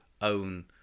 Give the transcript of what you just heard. own